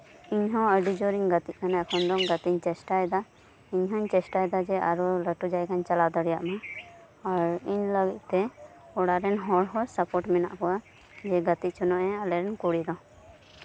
ᱤᱧ ᱦᱚᱸ ᱟᱹᱰᱤ ᱡᱳᱨ ᱤᱧ ᱜᱟᱛᱮᱜ ᱠᱟᱱᱟ ᱜᱟᱛᱮᱧ ᱪᱮᱥᱴᱟᱭ ᱫᱟ ᱤᱧ ᱦᱚᱧ ᱪᱮᱥᱴᱟᱭ ᱫᱟ ᱡᱮ ᱤᱧ ᱦᱚᱸ ᱞᱟᱹᱴᱩ ᱡᱟᱭᱜᱟᱧ ᱪᱟᱞᱟᱣ ᱫᱟᱲᱮᱭᱟᱜᱼᱢᱟ ᱟᱨ ᱤᱧ ᱞᱟᱹᱜᱤᱫ ᱛᱮ ᱚᱲᱟᱜ ᱨᱮᱱ ᱦᱚᱲ ᱦᱚᱸ ᱥᱟᱯᱳᱴ ᱢᱮᱱᱟᱜ ᱠᱚᱣᱟ ᱜᱟᱛᱮ ᱦᱚᱪᱚᱱᱟ ᱟᱞᱮ ᱨᱮᱱ ᱠᱩᱲᱤ ᱫᱚ